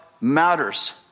matters